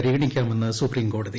പരിഗണിക്കാമെന്ന് സുപ്രീംകോടതി